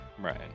Right